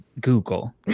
Google